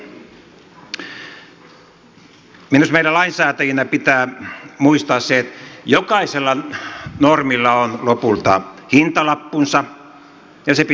minusta meidän lainsäätäjinä pitää muistaa se että jokaisella normilla on lopulta hintalappunsa ja se pitää laskea